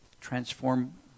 Transform